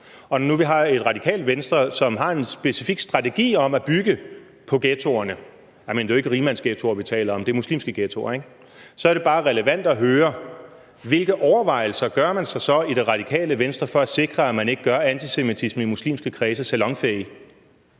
vi nu har et Radikale Venstre, som har en specifik strategi om at bygge på ghettoerne – og det er jo ikke rigmandsghettoer, vi taler om, men muslimske ghettoer – så er det bare relevant at høre, hvilke overvejelser man så gør sig i Radikale Venstre for at sikre, at man ikke gør antisemitisme i muslimske kredse salonfæhig.